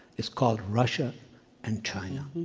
it's called russia and china.